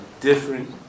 different